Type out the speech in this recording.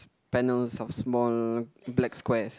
banners of small black squares